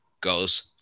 goes